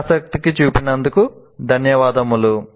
మీరు ఆసక్తి చూపినందుకు ధన్యవాదములు